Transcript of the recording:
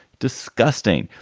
disgusting.